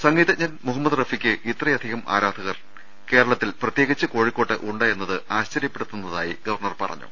സംഗീതജ്ഞൻ മുഹമ്മദ് റഫിക്ക് ഇത്രയധികം ആരാധകർ കേരളത്തിൽ പ്രത്യേകിച്ച് കോഴിക്കോട് ഉ ണ്ട് എന്നത് ആശ്ചര്യപ്പെടുത്തുന്നതായി ഗവർണർ പറഞ്ഞു